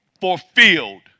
fulfilled